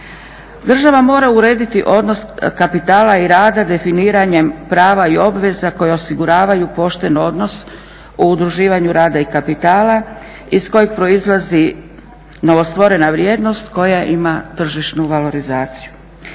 Država mora urediti odnos kapitala i rada definiranjem prava i obveza koja osiguravaju pošten odnos u udruživanju rada i kapitala iz kojeg proizlazi novostvorena vrijednost koja ima tržišnu valorizaciju.